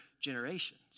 generations